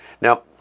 Now